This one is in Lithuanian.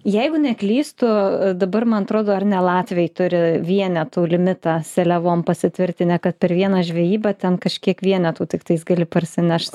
jeigu neklystu dabar man atrodo ar ne latviai turi vienetų limitą seliavom pasitvirtinę kad per vieną žvejybą ten kažkiek vienetų tiktais gali parsinešt